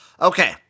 Okay